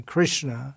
Krishna